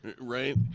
right